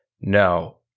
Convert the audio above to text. no